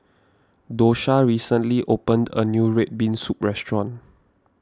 Dosha recently opened a new Red Bean Soup restaurant